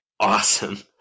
Awesome